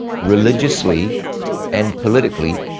religiously and politically,